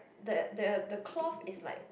the the the cloth is like